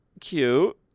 Cute